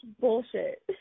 bullshit